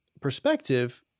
perspective